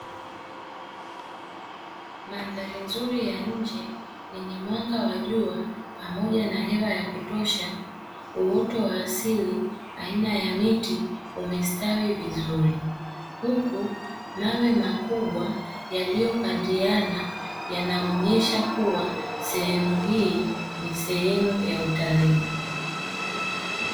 Mandhari nzuri ya nje yenye mwanga wa jua pamoja na hewa ya kutosha, uoto wa asili aina ya miti umestawi vizuri, huku mawe makubwa yaliyopandiana yanaonyesha kuwa sehemu hii ni sehemu ya utalii.